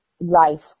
life